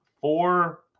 four